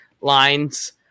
lines